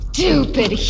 Stupid